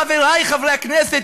חברי חברי הכנסת,